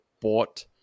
bought